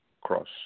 Cross